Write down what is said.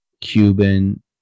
cuban